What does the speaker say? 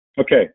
Okay